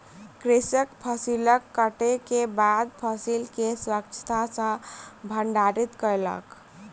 कृषक फसिल कटै के बाद फसिल के स्वच्छता सॅ भंडारित कयलक